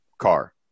car